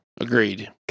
Agreed